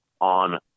on